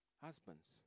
husbands